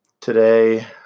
Today